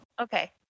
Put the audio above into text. Okay